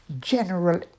general